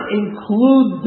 include